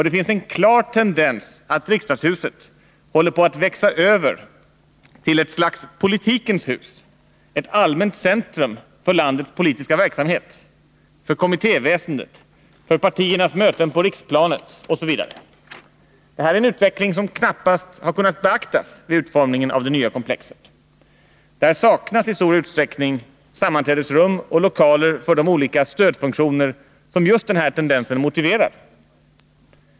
Det finns en klar tendens att riksdagshuset håller på att växa till att bli ett slags politikens hus, ett allmänt centrum för landets politiska verksamhet: för kommittéväsendet, för partiernas möten på riksplanet, osv. Det här är en utveckling som knappast kunnat beaktas vid utformningen av det nya komplexet. Där saknas i stor utsträckning sammanträdesrum och lokaler för de olika stödfunktioner som just den här tendensen motiverar.